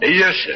yes